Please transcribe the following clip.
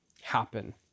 happen